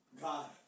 God